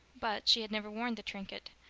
but she had never worn the trinket.